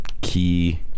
key